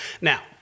Now